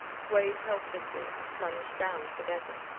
swayed helplessly, and plunged down together.